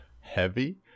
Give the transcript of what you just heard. heavy